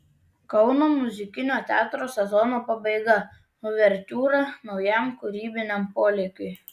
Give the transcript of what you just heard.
kauno muzikinio teatro sezono pabaiga uvertiūra naujam kūrybiniam polėkiui